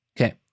Okay